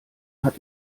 hat